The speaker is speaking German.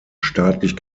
staatlich